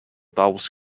bowls